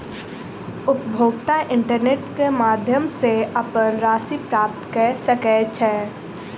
उपभोगता इंटरनेट क माध्यम सॅ अपन राशि प्राप्त कय सकै छै